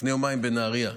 לפני יומיים הייתי בנהריה,